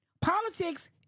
Politics